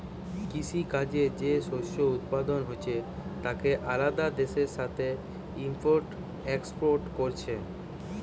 কৃষি কাজে যে শস্য উৎপাদন হচ্ছে তাকে আলাদা দেশের সাথে ইম্পোর্ট এক্সপোর্ট কোরছে